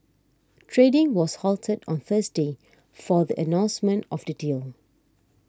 trading was halted on Thursday for the announcement of the deal